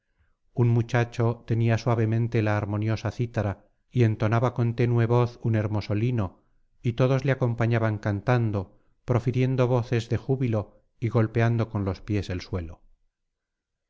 un muchacho tañía suavemente la harmoniosa cítara y entonaba con tenue voz un hermoso lino y todos le acompañaban cantando profiriendo voces de júbilo y golpeando con los pies el suelo